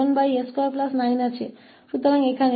यह वही टर्म है और अब हम क्या करेंगे